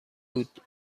بود